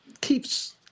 keeps